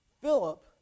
Philip